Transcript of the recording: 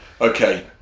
Okay